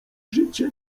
życie